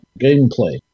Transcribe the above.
gameplay